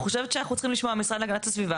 ואני חושבת שאנחנו צריכים לשמוע מהמשרד להגנת הסביבה